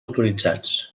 autoritzats